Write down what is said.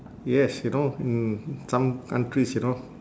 yes you know in some countries you know